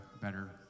better